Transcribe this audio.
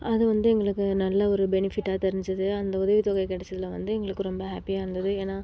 அது வந்து எங்களுக்கு நல்ல ஒரு பெனிஃபிட்டாக தெரிஞ்சது அந்த உதவித்தொகை கிடச்சதுல வந்து எங்களுக்கு ரொம்ப ஹேப்பியாக இருந்தது ஏன்னா